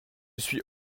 suis